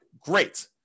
great